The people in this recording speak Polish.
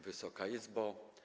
Wysoka Izbo!